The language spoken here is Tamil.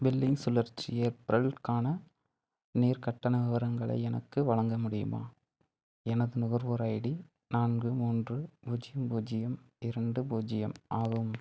பில்லிங் சுழற்சி ஏப்ரல்க்கான நீர் கட்டண விவரங்களை எனக்கு வழங்க முடியுமா எனது நுகர்வோர் ஐடி நான்கு மூன்று பூஜ்ஜியம் பூஜ்ஜியம் இரண்டு பூஜ்ஜியம் ஆகும்